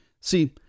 See